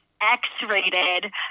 X-rated